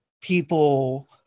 people